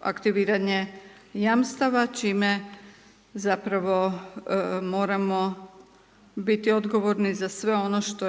aktiviranje jamstava, čime zapravo moramo biti odgovorni, za sve ono što